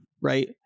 right